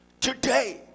Today